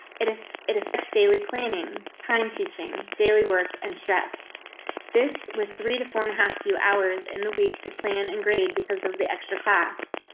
if it effects daily planning time, teaching daily work and stress this with three to four and a half few hours in the week to plan and grade because of the extra class.